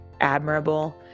admirable